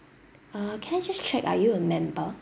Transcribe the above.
uh can I just check are you a member